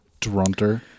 Drunter